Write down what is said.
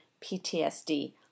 PTSD